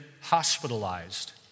hospitalized